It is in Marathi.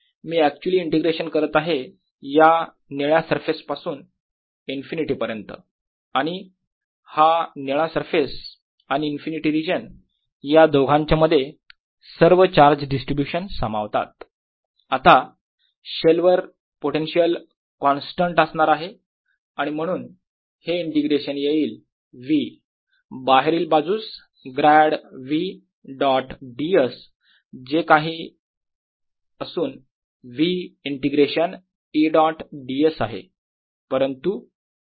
मी ऍक्च्युली इंटिग्रेशन करत आहे या निळ्या सरफेस पासून - इन्फिनिटी पर्यंत आणि हा निळा सरफेस आणि इन्फिनिटी रिजन या दोघांच्या मध्ये सर्व चार्ज डिस्ट्रीब्यूशन सामावतात आता शेलवर पोटेन्शियल कॉन्स्टंट असणार आहे आणि म्हणून हे इंटिग्रेशन येईल V बाहेरील बाजूस ग्रॅड V डॉट ds जे दुसरे काही नसून V integration E dot ds आहे